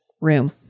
room